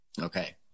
Okay